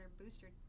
booster